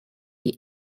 die